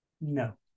No